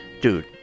Dude